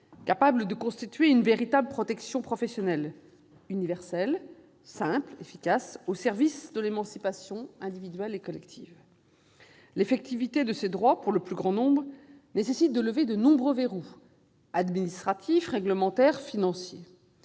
propres à constituer une véritable protection professionnelle, universelle, simple et efficace, au service de l'émancipation individuelle et collective. Le deuxième axe vise à assurer l'effectivité de ces droits pour le plus grand nombre, ce qui nécessite de lever de nombreux verrous administratifs, réglementaires et financiers.